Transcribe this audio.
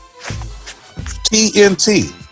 TNT